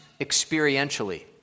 experientially